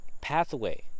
Pathway